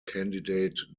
candidate